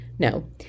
No